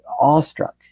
awestruck